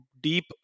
deep